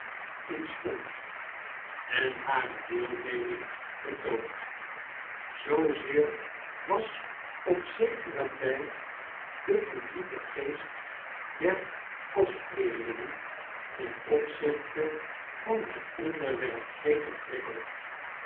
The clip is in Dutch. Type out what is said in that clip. in stond en hare deelneming betoond zoozeer was op zekeren tjjd de publieke geest der kostleerlingen ten opzichte van het onderwerp gk geprikkeld